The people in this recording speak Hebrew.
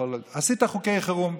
עשית חוקי חירום,